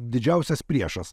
didžiausias priešas